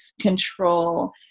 control